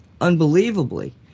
unbelievably